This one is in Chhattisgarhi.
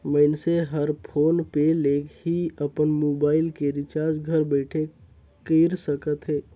मइनसे हर फोन पे ले ही अपन मुबाइल के रिचार्ज घर बइठे कएर सकथे